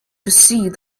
perceived